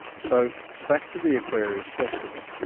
so, back to the aquarius festival.